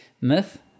myth